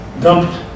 dumped